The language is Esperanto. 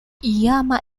iama